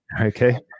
Okay